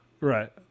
Right